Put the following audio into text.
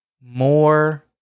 more